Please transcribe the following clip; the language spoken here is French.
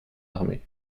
armée